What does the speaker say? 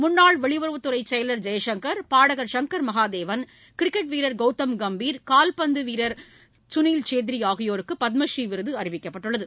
முன்னாள் வெளியுறவுத்துறை செயலர் ஜெயசங்கர் பாடகர் சங்கர் மகாதேவன் கிரிக்கெட் வீரர் கவுதம் கம்பீர் கால்பந்து கனில் சேத்ரி ஆகியோருக்கும் பத்மழநீ விருது அறிவிக்கப்பட்டுள்ளது